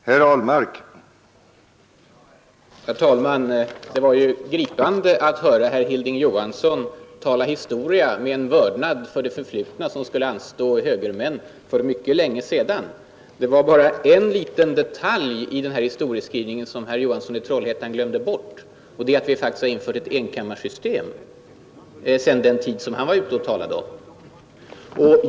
: Herr talman! Det var gripande att höra herr Hilding Johansson tala historia med en vördnad för det förflutna som skulle ha anstått högermän för mycket länge sedan. Det var bara en liten detalj i herr Johanssons historieskrivning, som han glömde bort, nämligen att vi nu har infört ett enkammarsystem sedan den tid som herr Johansson här talade om.